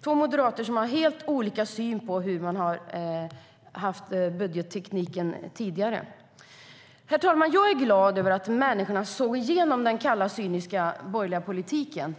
är två moderater som har helt olika syn på den tidigare budgettekniken. Jag är glad över att människor såg igenom den kalla, cyniska borgerliga politiken.